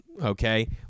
Okay